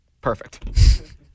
Perfect